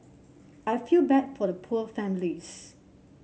I feel bad for the poor families